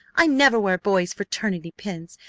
i never wear boys' fraternity pins.